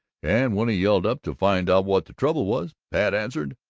and when he yelled up to find out what the trouble was, pat answered,